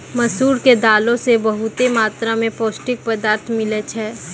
मसूर के दालो से बहुते मात्रा मे पौष्टिक पदार्थ मिलै छै